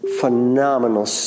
phenomenal